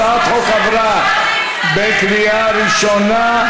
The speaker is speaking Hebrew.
הצעת החוק עברה בקריאה ראשונה,